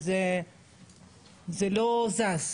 זה לא זז.